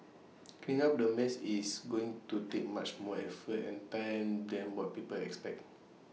cleaning up the mess is going to take much more effort and time than what people expect